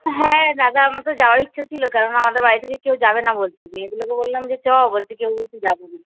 হ্যাঁ দাদা আমার তো যাওয়ার ইচ্ছা ছিল কেন আমাদের বাড়ি থেকে কেউ যাবে না বলছি এগুলোকে বললাম যে চো বলতে কেউ বলতে যাবো না